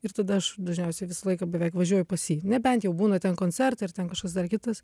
ir tada aš dažniausiai visą laiką beveik važiuoju pas jį nebent jau būna ten koncertai ar ten kažkas dar kitas